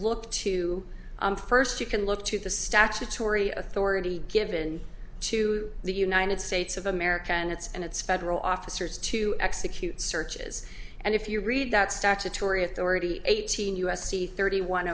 look to first you can look to the statutory authority given to the united states of america and its and its federal officers to execute searches and if you read that statutory authority eighteen u s c thirty one